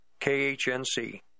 KHNC